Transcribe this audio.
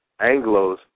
Anglos